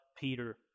Peter